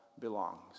belongs